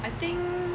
I think